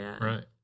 right